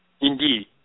Indeed